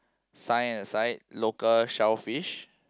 sign at the side local shellfish